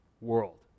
world